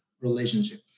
relationship